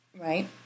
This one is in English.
right